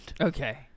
Okay